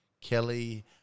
Kelly